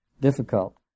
difficult